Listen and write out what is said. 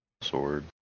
sword